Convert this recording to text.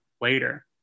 later